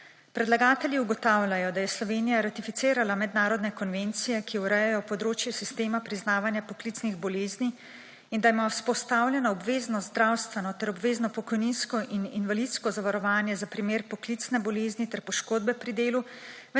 Predlagatelji ugotavljajo, da je Slovenija ratificirala mednarodne konvencije, ki urejajo področje sistema priznavanja poklicnih bolezni, in da ima vzpostavljeno obvezno zdravstveno ter obvezno pokojninsko in invalidsko zavarovanje za primer poklicne bolezni ter poškodbe pri delu,